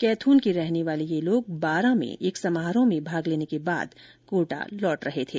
कैथून के रहने वाले ये लोग बारां में एक समारोह में भाग लेने के बाद कोटा लौट रहे थे